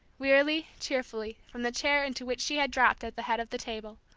wearily, cheerfully, from the chair into which she had dropped at the head of the table.